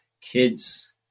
kids